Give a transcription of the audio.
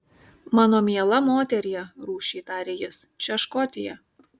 mano miela moterie rūsčiai tarė jis čia škotija